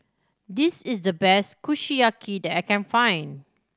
this is the best Kushiyaki that I can find